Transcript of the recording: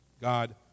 God